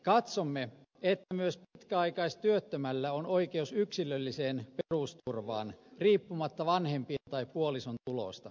katsomme että myös pitkäaikaistyöttömällä on oikeus yksilölliseen perusturvaan riippumatta vanhempien tai puolison tuloista